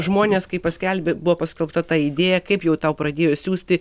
žmonės kai paskelbė buvo paskelbta ta idėja kaip jau tau pradėjo siųsti